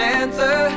answer